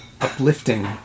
uplifting